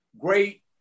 great